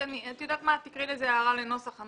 תקראי לזה הערה לנוסח.